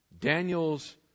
Daniel's